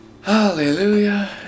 Hallelujah